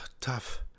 tough